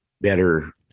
better